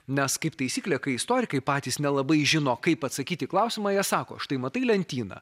nes kaip taisyklė kai istorikai patys nelabai žino kaip atsakyti į klausimą jie sako štai matai lentyną